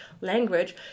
language